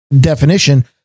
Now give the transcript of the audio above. definition